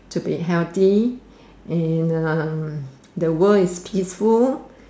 to be healthy and um the world is peaceful